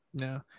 no